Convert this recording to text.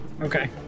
Okay